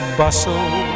bustle